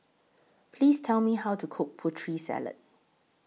Please Tell Me How to Cook Putri Salad